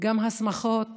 גם השמחות